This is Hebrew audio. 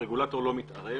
לא מתערב